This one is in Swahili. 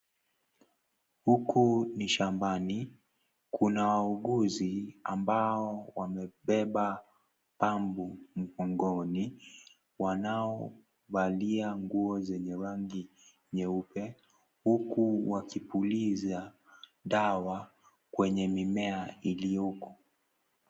Huku ni shambani, kuna wauguzi ambao wamebeba pampu mgongoni. Wanaovalia nguo zenye rangi nyeupe, huku wakipuliza dawa kwenye mimea iliyoko.